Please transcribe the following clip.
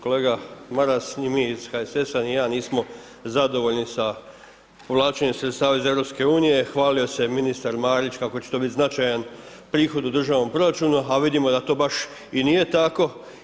Kolega Maras, ni mi iz HSS-a, ni ja, nismo zadovoljni sa povlačenjem sredstava iz Europske unije, hvalio se ministar Marić kako će to biti značajan prihod u državnom proračunu, a vidimo da to baš i nije tako.